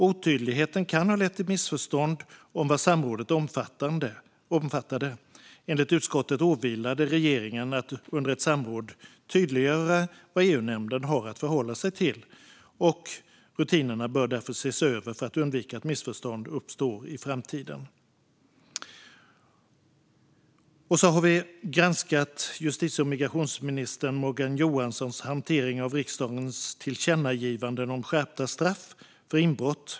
Otydligheten kan ha lett till missförstånd om vad samrådet omfattade. Enligt utskottet åvilar det regeringen att under ett samråd tydliggöra vad EUnämnden har att förhålla sig till. Rutinerna bör därför ses över för att undvika att missförstånd uppstår i framtiden. Vi har även granskat justitie och migrationsminister Morgan Johanssons hantering av riksdagens tillkännagivanden om skärpta straff för inbrott.